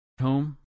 Home